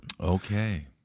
Okay